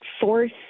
force